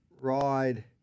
ride